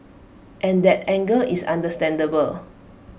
and that anger is understandable